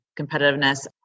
competitiveness